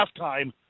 halftime